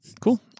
cool